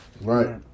right